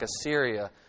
Assyria